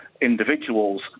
individuals